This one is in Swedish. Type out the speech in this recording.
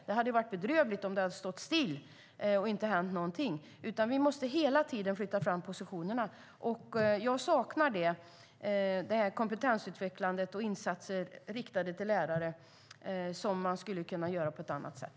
Det hade varit bedrövligt om det stått still och inget hänt. Vi måste hela tiden flytta fram positionerna, och jag saknar kompetensutveckling och insatser riktade till lärare. Man skulle kunna göra på ett annat sätt.